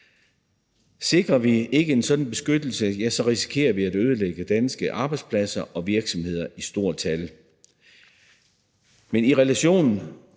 sikrer vi ikke en sådan beskyttelse, risikerer vi at ødelægge danske arbejdspladser og virksomheder i stort tal. I relation